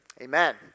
Amen